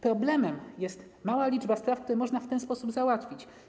Problemem jest mała liczba spraw, które można w ten sposób załatwić.